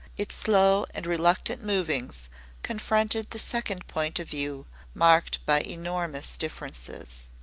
its slow and reluctant movings confronted the second point of view marked by enormous differences.